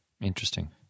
Interesting